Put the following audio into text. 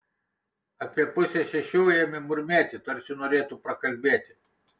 apie pusę šešių ėmė murmėti tarsi norėtų prakalbėti